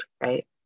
right